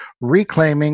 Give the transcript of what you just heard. reclaiming